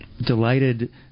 delighted